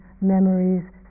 memories